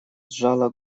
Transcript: сжала